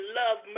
love